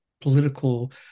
political